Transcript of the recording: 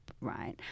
right